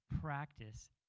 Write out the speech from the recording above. practice